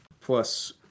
plus